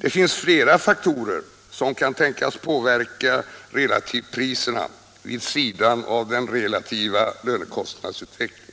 ”Det finns flera faktorer som kan tänkas påverka relativpriserna vid sidan av den relativa lönekostnadsutvecklingen.